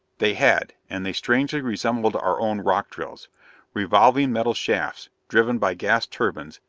they had. and they strangely resembled our own rock drills revolving metal shafts, driven by gas turbines,